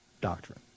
doctrine